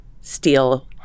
steal